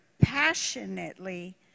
passionately